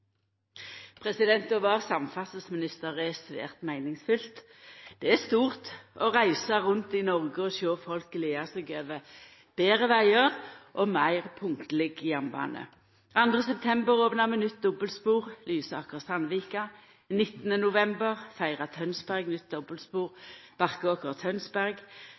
avsluttet. Å vera samferdselsminister er svært meiningsfylt. Det er stort å reisa rundt i Noreg og sjå folk gleda seg over betre vegar og meir punktleg jernbane. 2. september opna vi nytt dobbeltspor Lysaker–Sandvika. 19. november feira Tønsberg nytt dobbeltspor